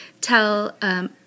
tell